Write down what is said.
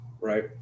Right